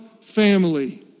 family